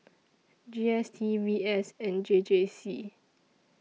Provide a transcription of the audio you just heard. G S T V S and J J C